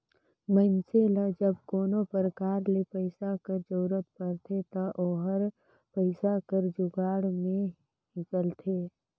मइनसे ल जब कोनो परकार ले पइसा कर जरूरत परथे ता ओहर पइसा कर जुगाड़ में हिंकलथे